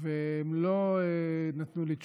והם לא נתנו לי תשובה,